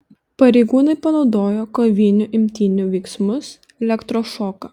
pareigūnai panaudojo kovinių imtynių veiksmus elektrošoką